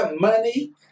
money